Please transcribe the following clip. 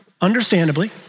understandably